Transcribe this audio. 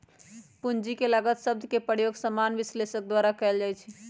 पूंजी के लागत शब्द के प्रयोग सामान्य विश्लेषक द्वारा कएल जाइ छइ